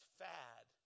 fad